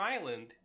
Island